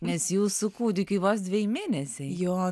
nes jūsų kūdikiui vos dveji mėnesiai